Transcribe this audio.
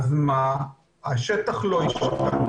השטח לא השתנה